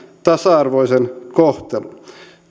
tasa arvoisen kohtelun